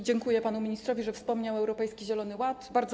Dziękuję panu ministrowi, że wspomniał o Europejskim Zielonym Ładzie.